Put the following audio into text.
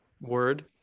word